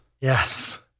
Yes